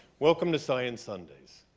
welcome to science sundays.